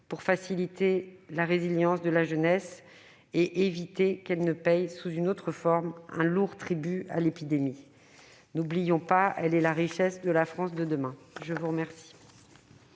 pour faciliter la résilience de la jeunesse et éviter qu'elle ne paie, sous une autre forme, un lourd tribut à l'épidémie. N'oublions pas qu'elle est la richesse de la France de demain ! La parole